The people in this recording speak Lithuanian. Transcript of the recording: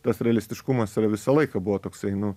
tas realistiškumas yra visą laiką buvo toksai nu